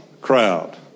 crowd